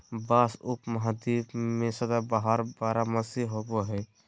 बाँस उपमहाद्वीप में सदाबहार बारहमासी होबो हइ